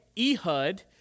Ehud